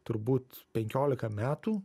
turbūt penkiolika metų